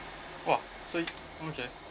!wow! so okay